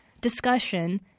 discussion